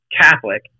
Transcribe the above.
Catholic